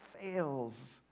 fails